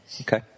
Okay